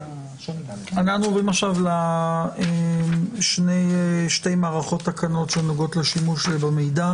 אנחנו עוברים עכשיו לשתי מערכות תקנות שנוגעות לשימוש במידע.